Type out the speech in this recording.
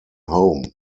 home